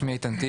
שמי איתן טי,